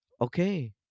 Okay